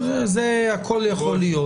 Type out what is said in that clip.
הכול יכול להיות.